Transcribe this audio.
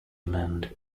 mend